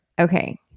Okay